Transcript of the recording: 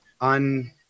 on